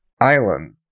island